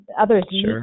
Others